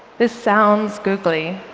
this sounds googly,